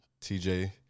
TJ